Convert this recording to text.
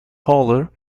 holder